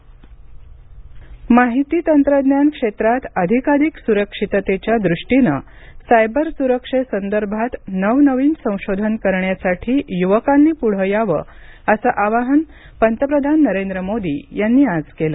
पंतप्रधान बंगळूरू माहिती तंत्रज्ञान क्षेत्रात अधिकाधिक सुरक्षिततेच्या दृष्टीनं सायबर सुरक्षे संदर्भात नवनवीन संशोधन करण्यासाठी युवकांनी पुढे यावं असं आवाहन पंतप्रधान नरेंद्र मोदी यांनी आज केलं